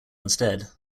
instead